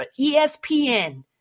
ESPN